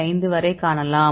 5 வரை காணலாம்